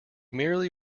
merely